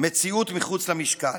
מציאות מחוץ למשכן.